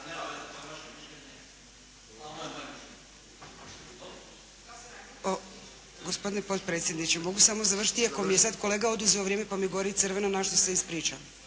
Gospodine potpredsjedniče, mogu samo završiti iako mi je sad kolega oduzeo vrijeme pa mi gori crveno, na čemu se ispričao.